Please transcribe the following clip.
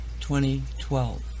2012